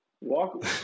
walk